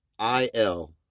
il